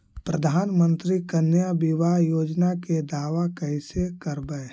प्रधानमंत्री कन्या बिबाह योजना के दाबा कैसे करबै?